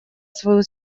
свою